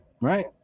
right